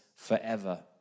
Forever